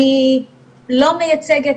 אני לא מייצגת